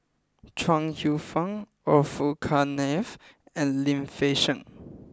Chuang Hsueh Fang Orfeur Cavenagh and Lim Fei Shen